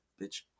bitch